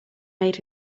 made